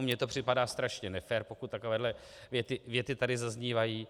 Mně to připadá strašně nefér, pokud takovéhle věty tady zaznívají.